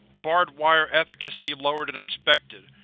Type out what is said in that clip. barbed wire efficacy lower than expected.